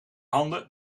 handen